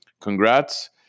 congrats